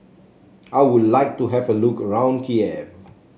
I would like to have a look around Kiev